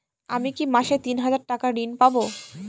আমি কি মাসে তিন হাজার টাকার ঋণ পাবো?